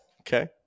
Okay